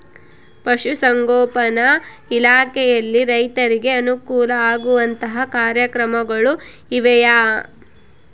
ಪಶುಸಂಗೋಪನಾ ಇಲಾಖೆಯಲ್ಲಿ ರೈತರಿಗೆ ಅನುಕೂಲ ಆಗುವಂತಹ ಕಾರ್ಯಕ್ರಮಗಳು ಇವೆಯಾ?